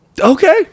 Okay